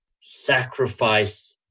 sacrifice